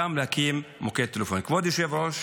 להקים גם מוקד טלפוני.